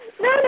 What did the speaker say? No